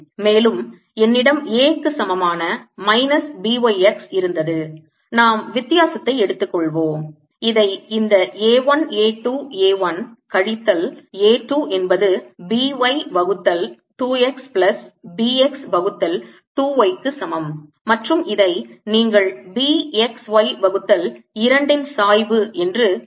மேலும் என்னிடம் A க்கு சமமான மைனஸ் B y x இருந்தது நாம் வித்தியாசத்தை எடுத்துக்கொள்வோம் இதை இந்த A 1 A 2 A 1 கழித்தல் A 2 என்பது B y வகுத்தல் 2 x பிளஸ் B x வகுத்தல் 2 y க்கு சமம் மற்றும் இதை நீங்கள் B x y வகுத்தல் 2 ன் சாய்வு என்று தெளிவாகக் காணலாம்